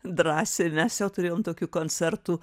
drąsiai mes jau turėjom tokių koncertų